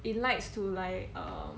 in likes to like um